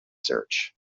search